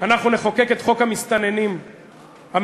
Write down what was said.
אנחנו נחוקק את חוק המסתננים המעודכן.